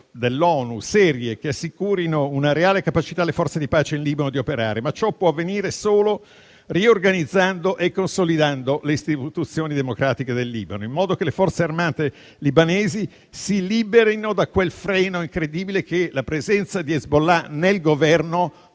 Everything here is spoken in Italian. dell'ONU che assicurino una reale capacità alle forze di pace in Libano di operare. Ma ciò può avvenire solo riorganizzando e consolidando le istituzioni democratiche del Libano, in modo che le forze armate libanesi si liberino da quel freno incredibile che la presenza di Hezbollah nel Governo